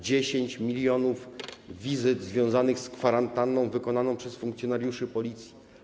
10 mln wizyt związanych z kwarantanną zostało wykonanych przez funkcjonariuszy Policji.